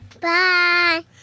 Bye